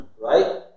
Right